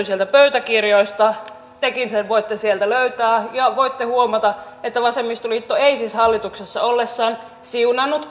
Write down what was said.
sieltä pöytäkirjoista tekin sen voitte sieltä löytää ja voitte huomata että vasemmistoliitto ei siis hallituksessa ollessaan siunannut